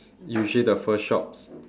usually the first shop